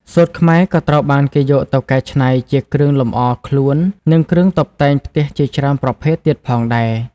សូត្រខ្មែរក៏ត្រូវបានគេយកទៅកែច្នៃជាគ្រឿងលម្អខ្លួន និងគ្រឿងតុបតែងផ្ទះជាច្រើនប្រភេទទៀតផងដែរ។